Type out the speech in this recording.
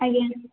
ଆଜ୍ଞା